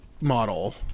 model